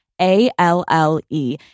A-L-L-E